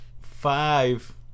Five